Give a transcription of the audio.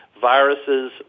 Viruses